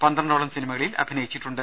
പന്ത്രണ്ടോളം സിനിമകളിൽ അഭിനയിച്ചിട്ടുണ്ട്